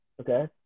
okay